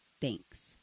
Thanks